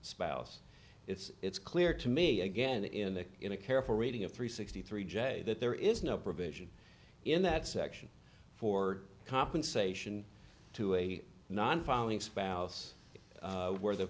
spouse it's clear to me again in a in a careful reading of three sixty three j a that there is no provision in that section for compensation to a non filing spouse where the